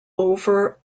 over